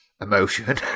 emotion